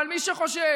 אבל מי שחושב